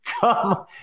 come